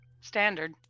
standard